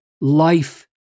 life